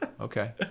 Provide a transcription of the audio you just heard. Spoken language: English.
Okay